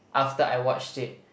after I watched it